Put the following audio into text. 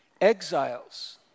exiles